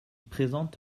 présente